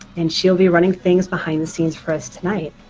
and she'll be running things behind the scenes for us tonight.